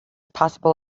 possible